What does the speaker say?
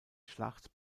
schlacht